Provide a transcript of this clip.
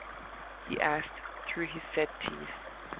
he asked, through his set teeth.